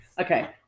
okay